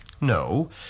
No